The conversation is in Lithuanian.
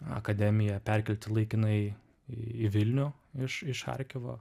akademiją perkelti laikinai į į vilnių iš iš charkivo